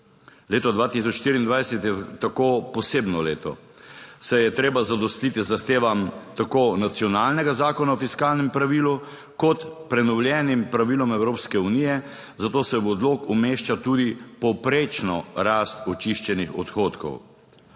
Leto 2024 je tako posebno leto, saj je treba zadostiti zahtevam tako nacionalnega Zakona o fiskalnem pravilu, kot prenovljenim pravilom Evropske unije, zato se v odlok umešča tudi povprečna rast očiščenih odhodkov.